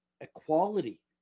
equality